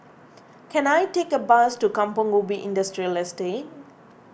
can I take a bus to Kampong Ubi Industrial Estate